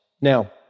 Now